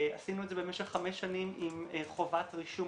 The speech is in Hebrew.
עשינו את זה במשך חמש שנים עם חובת רישום